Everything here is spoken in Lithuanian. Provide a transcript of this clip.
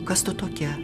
kas tu tokia